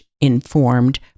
informed